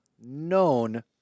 known